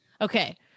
okay